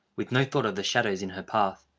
with no thought of the shadows in her path,